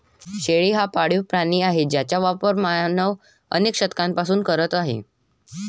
शेळी हा पाळीव प्राणी आहे ज्याचा वापर मानव अनेक शतकांपासून करत आहे